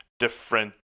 different